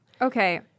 Okay